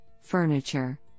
Furniture